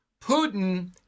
Putin